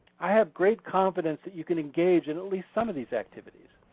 i have great confidence that you can engage in at least some of these activities.